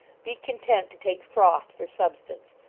be content to take froth for substance,